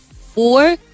four